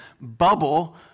bubble